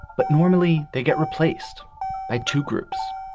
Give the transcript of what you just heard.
but normally they get replaced by two groups,